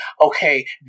okay